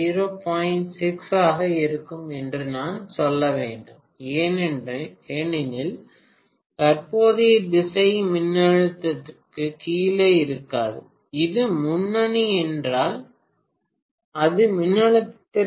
6 ஆக இருக்கும் என்று நான் சொல்ல வேண்டும் ஏனெனில் தற்போதைய திசை மின்னழுத்தத்திற்குக் கீழே இருக்காது அது முன்னணி என்றால் அது மின்னழுத்தத்திற்கு மேலே இருக்கும்